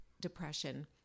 depression